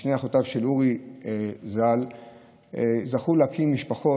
ושתי אחיותיו של אורי ז"ל זכו להקים משפחות.